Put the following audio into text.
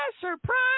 surprise